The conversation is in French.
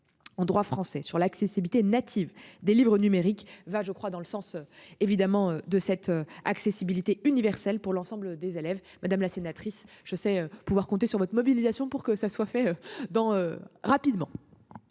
En droit français sur l'accessibilité native des livres numériques va je crois dans le sens évidemment de cette accessibilité universelle pour l'ensemble des élèves, madame la sénatrice je sais pouvoir compter sur votre mobilisation pour que ça soit fait dans rapidement.